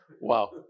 Wow